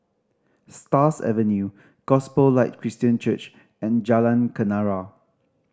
Stars Avenue Gospel Light Christian Church and Jalan Kenarah